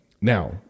Now